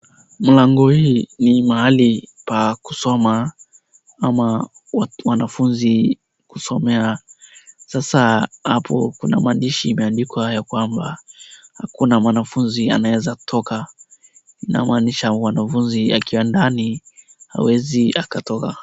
Mlango hii ni mahali pa kusoma ama wanafunzi kusomea. Sasa hapo kuna maandishi imeandikwa ya kwamba hakuna mwanafunzi anayeweza toka, namaanisha wanafunzi akiingia ndani hawezi akatoka.